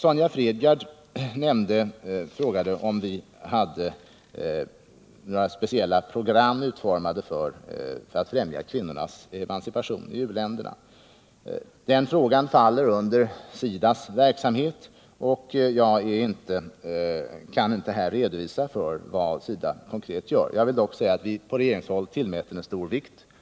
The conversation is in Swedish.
Sonja Fredgardh frågade om vi hade några speciella program utformade för att främja kvinnornas emancipation i u-länderna. Den frågan faller under SIDA:s verksamhet, och jag kan inte här redovisa vad SIDA konkret gör. Jag vill dock säga att vi på regeringshåll tillmäter den frågan stor vikt.